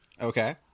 Okay